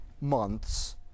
months